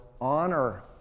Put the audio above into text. honor